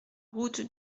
route